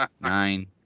Nine